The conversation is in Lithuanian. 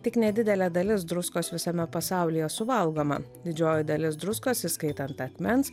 tik nedidelė dalis druskos visame pasaulyje suvalgoma didžioji dalis druskos įskaitant akmens